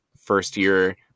first-year